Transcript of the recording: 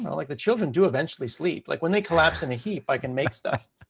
you know like, the children do eventually sleep. like, when they collapse in a heap, i can make stuff.